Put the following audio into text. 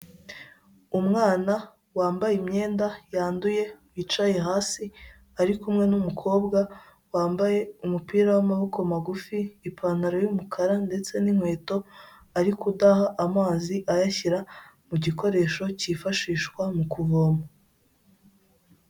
Umwana wambaye imyenda yanduye yicaye hasi ari kumwe n'umukobwa wambaye umupira w'amaboko magufi, ipantaro y'umukara ndetse nin'inkweto arikudaha amazi ayashyira mu gikoresho cyifashishwa mu kuvoma.